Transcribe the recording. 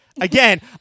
again